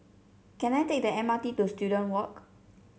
can I take the M R T to Student Walk